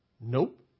Nope